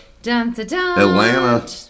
Atlanta